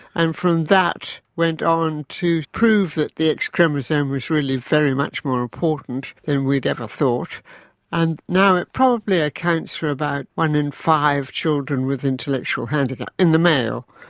and from that went on to prove that the x chromosome was really very much more important than and we'd ever thought and now it probably accounts for about one in five children with intellectual handicap in the male.